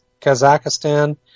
Kazakhstan